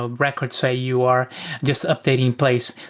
ah records where you are just updating place.